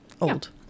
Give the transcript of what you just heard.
old